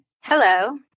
Hello